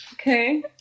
Okay